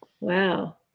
Wow